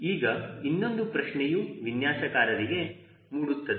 ಈಗ ಇನ್ನೊಂದು ಪ್ರಶ್ನೆಯು ವಿನ್ಯಾಸಕಾರರಿಗೆ ಮೂಡುತ್ತದೆ